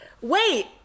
wait